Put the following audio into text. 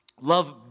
love